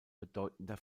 bedeutender